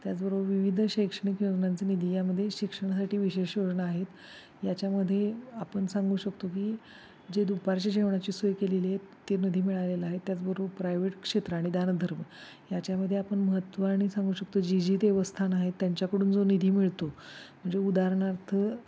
त्याचबरोबर विविध शैक्षणिक योजनांचे निधी यामध्ये शिक्षणासाठी विशेष योजना आहेत याच्यामध्ये आपण सांगू शकतो की जे दुपारच्या जेवणाची सोय केलेली आहेत ते निधी मिळालेलं आहे त्याचबरोबर प्रायव्हेट क्षेत्र आणि दानधर्म याच्यामध्ये आपण महत्त्वाने सांगू शकतो जी जी देवस्थान आहेत त्यांच्याकडून जो निधी मिळतो म्हणजे उदाहरणार्थ